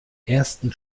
ersten